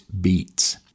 beats